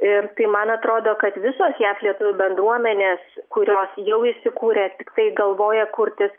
ir tai man atrodo kad visos jav lietuvių bendruomenės kurios jau įsikūrė tiktai galvoja kurtis